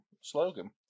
slogan